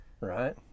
Right